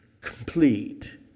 complete